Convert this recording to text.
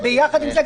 וביחד עם זה,